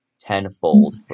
tenfold